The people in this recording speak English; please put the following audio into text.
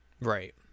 right